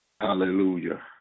Hallelujah